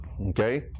Okay